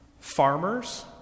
farmers